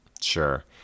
Sure